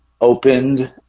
opened